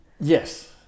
yes